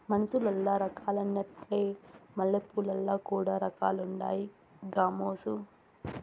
మనుసులల్ల రకాలున్నట్లే మల్లెపూలల్ల కూడా రకాలుండాయి గామోసు